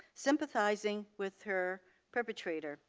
sympathizing with her perpetrator,